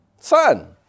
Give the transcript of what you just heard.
Son